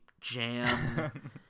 jam